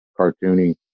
cartoony